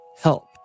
help